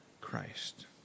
Christ